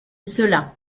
cela